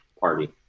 party